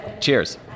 Cheers